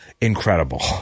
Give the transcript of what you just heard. incredible